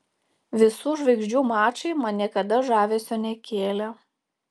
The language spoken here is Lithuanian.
visų žvaigždžių mačai man niekada žavesio nekėlė